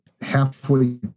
halfway